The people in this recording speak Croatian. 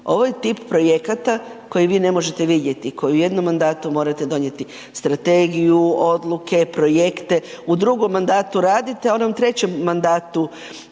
ovo je tip projekata koji vi ne možete vidjeti, koji u jednom mandatu morate donijeti strategiju, odluke, projekte, u drugom mandatu radite, a u onom treću mandatu